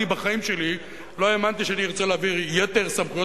בחיים שלי לא האמנתי שאני ארצה להעביר יתר סמכויות